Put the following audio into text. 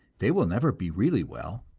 they will never be really well,